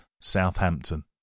Southampton